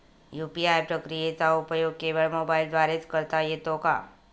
UPI प्रक्रियेचा उपयोग केवळ मोबाईलद्वारे च करता येतो का?